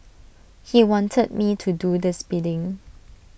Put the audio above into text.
he wanted me to do this bidding